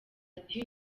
ati